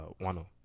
Wano